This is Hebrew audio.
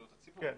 נכון.